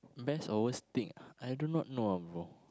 best or worst thing ah I do not know ah bro